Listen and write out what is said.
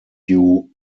siemens